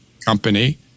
company